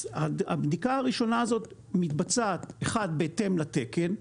אז הבדיקה הראשונה הזאת מתבצעת אחד בהתאם לתקן,